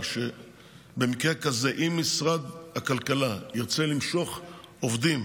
שבמקרה כזה, אם משרד הכלכלה ירצה למשוך עובדים